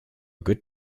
good